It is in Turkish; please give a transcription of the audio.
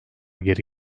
geri